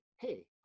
hey